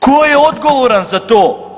Ko je odgovoran za to?